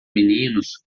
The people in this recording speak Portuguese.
meninos